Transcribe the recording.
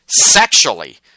sexually